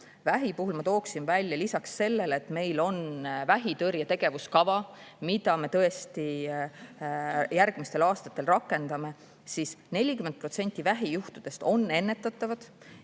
Vähi puhul ma tooksin välja lisaks sellele, et meil on vähitõrje tegevuskava, mida me tõesti järgmistel aastatel rakendame, et 40% vähijuhtudest on ennetatavad